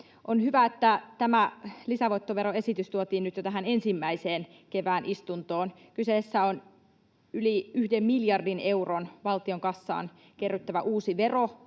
On hyvä, että tämä lisävoittoveroesitys tuotiin nyt jo tähän ensimmäiseen kevään istuntoon. Kyseessä on yli yhden miljardin euron valtion kassaan kerryttävä uusi vero,